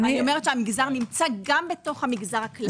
אני אומרת שהמגזר נמצא גם בתוך המגזר הכללי.